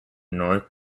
north